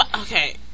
okay